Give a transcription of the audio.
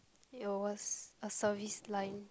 it was a service line